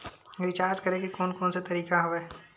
Recharge करे के कोन कोन से तरीका हवय?